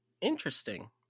interesting